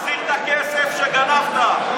תחזיר את הכסף שגנבת.